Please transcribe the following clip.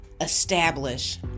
establish